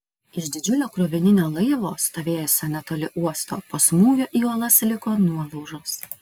iš didžiulio krovininio laivo stovėjusio netoli uosto po smūgio į uolas liko nuolaužos